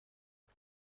پنج